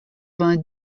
vingt